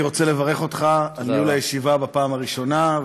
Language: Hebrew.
אני רוצה לברך אותך על ניהול הישיבה בפעם הראשונה.